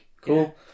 cool